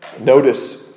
Notice